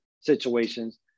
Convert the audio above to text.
situations